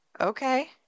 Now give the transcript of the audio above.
Okay